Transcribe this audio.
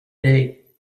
day